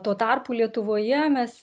tuo tarpu lietuvoje mes